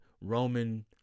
Roman